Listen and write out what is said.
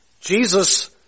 Jesus